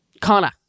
Connor